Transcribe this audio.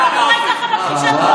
למה הוא קורא לה מכחישת קורונה?